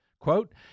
Quote